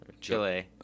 Chile